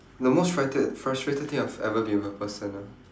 the most frighte~ frustrated thing I've ever been with a person ah